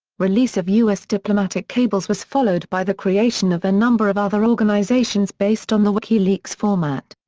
release of us diplomatic cables was followed by the creation of a number of other organisations based on the wikileaks format.